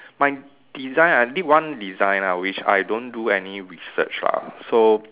my design I did one design lah which I don't do any research lah so